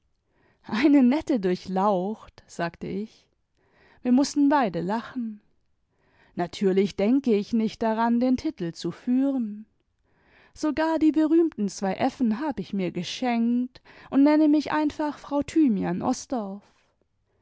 eine nette durchlaucht sagte ich wir mußten beide lachen natürlich denke ich nicht daran den titel zu führen sogar die berühmten zwei f n habe ich mir geschenkt und nenne mith einfach frau thymian osdorf